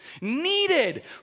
needed